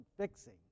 fixing